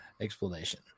explanation